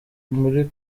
muri